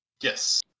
Yes